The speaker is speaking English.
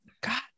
God